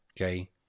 Okay